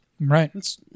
Right